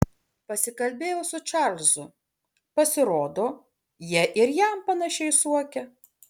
pasikalbėjau su čarlzu pasirodo jie ir jam panašiai suokia